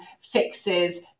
fixes